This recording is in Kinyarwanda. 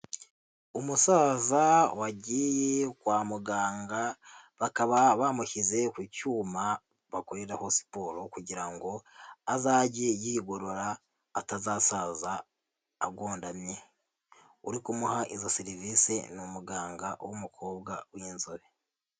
Umusaza wagiye kwa muganga bakaba bamushyize ku cyuma bakoreraho siporo kugira ngo azajye yigorora atazasaza agondamye. Uri kumuha izo serivisi ni umuganga w'umukobwa w'inzobe.